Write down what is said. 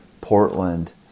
Portland